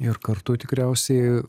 ir kartu tikriausiai